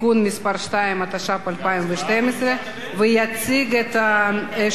התשע"ב 2012. יציג את שני הצווים,